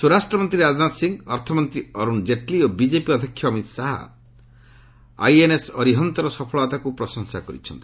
ସ୍ୱରାଷ୍ଟ୍ରମନ୍ତ୍ରୀ ରାଜନାଥ ସିଂ ଅର୍ଥମନ୍ତ୍ରୀ ଅର୍ଣ ଜେଟ୍ଲ ଓ ବିକେପି ଅଧ୍ୟକ୍ଷ ଅମିତ୍ ଶାହା ଆଇଏନ୍ଏସ୍ ଅରିହନ୍ତର ସଫଳତାକୁ ପ୍ରଶଂସା କରିଛନ୍ତି